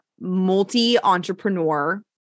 multi-entrepreneur